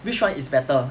which one is better